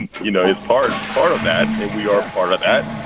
and you know, it's part part of that and we are part of that.